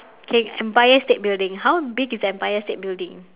okay empire state building how big is the empire state building